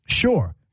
Sure